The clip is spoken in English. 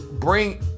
Bring